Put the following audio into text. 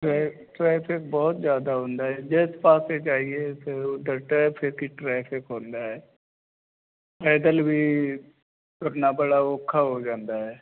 traffic ਬਹੁਤ ਜਿਆਦਾ ਹੁੰਦਾ ਜਿਸ ਪਾਸੇ ਜਾਈਏ ਫਿਰ ਉੱਧਰ ਟ੍ਰੈਫਿਕ ਹੀ ਟ੍ਰੈਫਿਕ ਹੁੰਦਾ ਐ ਪੈਦਲ ਵੀ ਤੁਰਨਾ ਬੜਾ ਔਖਾ ਹੋ ਜਾਂਦਾ ਐ